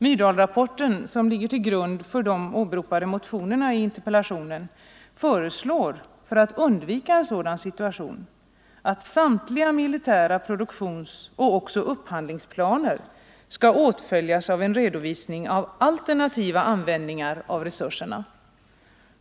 Myrdalrapporten, som ligger till grund för de i interpellationen åberopade motionerna, föreslår för att undvika en sådan situation, att samtliga produktionsoch upphandlingsplaner skall åtföljas av en redovisning av alternativa användningar av resurserna.